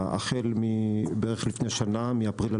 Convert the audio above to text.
אצלנו הריכוזיות גבוהה כמו במדינות